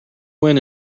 when